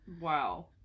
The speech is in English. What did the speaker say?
Wow